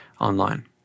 online